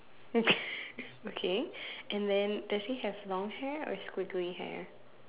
okay okay and then does he have long hair or squiggly hair